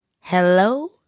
Hello